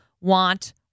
want